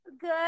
Good